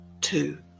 Two